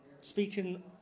Speaking